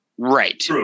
right